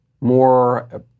more